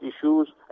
issues